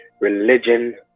Religion